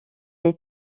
est